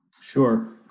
Sure